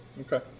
okay